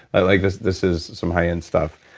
like this this is some high-end stuff.